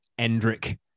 Endrick